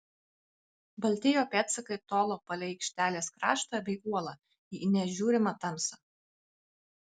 balti jo pėdsakai tolo palei aikštelės kraštą bei uolą į neįžiūrimą tamsą